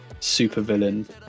supervillain